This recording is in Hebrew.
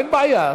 אין בעיה,